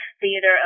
theater